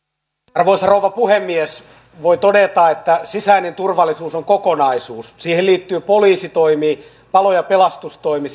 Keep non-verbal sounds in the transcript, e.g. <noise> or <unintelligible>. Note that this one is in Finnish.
arvoisa rouva puhemies voi todeta että sisäinen turvallisuus on kokonaisuus siihen liittyvät poliisitoimi palo ja pelastustoimi <unintelligible>